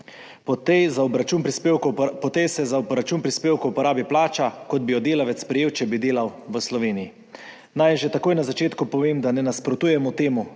Po tej se za obračun prispevkov porabi plača, kot bi jo delavec prejel, če bi delal v Sloveniji. Naj že takoj na začetku povem, da ne nasprotujemo temu,